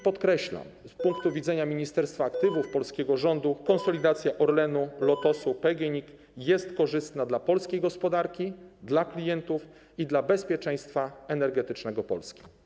Podkreślam: z punktu widzenia ministerstwa aktywów, polskiego rządu konsolidacja Orlenu, Lotosu, PGNiG jest korzystna dla polskiej gospodarki, dla klientów i dla bezpieczeństwa energetycznego Polski.